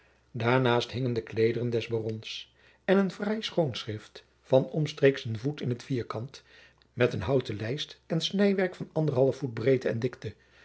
naast hingen de kleederen des barons en een fraai schoonschrift van omstreeks een voet in t vierkant met houten lijst en snijwerk van anderhalf voet breedte en dikte